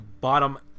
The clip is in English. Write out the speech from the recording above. bottom